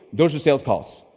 those are sales calls,